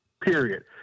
period